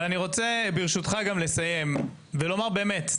ואני רוצה ברשותך גם לסיים ולומר באמת,